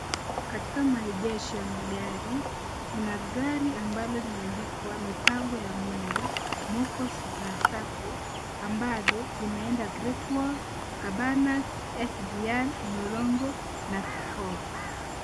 Katika maegesho ya magari, kuna gari ambalo limeandikwa mipango ya Mungu Makos SACCO ambalo linaenda Greatwall, Cabanas, SGR, Mulolongo na Tufom.